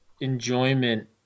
enjoyment